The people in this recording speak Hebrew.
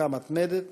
ותחזוקה מתמדת.